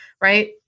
right